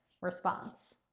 response